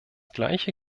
gleiche